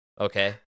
Okay